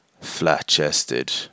flat-chested